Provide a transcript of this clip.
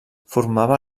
formava